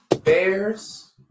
Bears